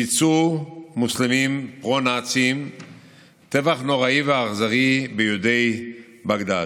ביצעו מוסלמים פרו-נאצים טבח נוראי ואכזרי ביהודי בגדאד.